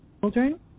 children